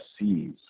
sees